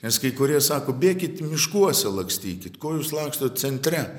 nes kai kurie sako bėkit miškuose lakstykit ko jūs lakstot centre